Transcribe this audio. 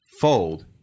fold